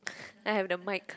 I have the mike